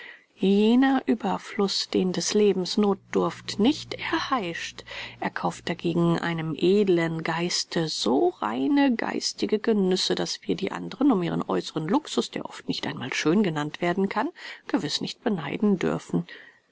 jener ueberfluß den des lebens nothdurft nicht erheischt erkauft dagegen einem edlen geiste so reine geistige genüsse daß wir die andern um ihren äußeren luxus der oft nicht einmal schön genannt werden kann gewiß nicht beneiden dürfen